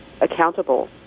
accountable